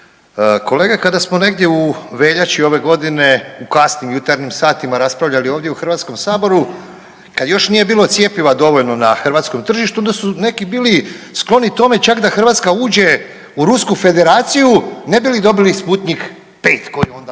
kolege. Kada smo negdje u veljači ove godine u kasnim jutarnjim satima raspravljali ovdje u HS, kad još nije bilo cjepiva dovoljno na hrvatskom tržištu, onda su neki bili skloni tome čak da Hrvatska uđe u Rusku Federaciju ne bi li dobili Sputnik V koji je onda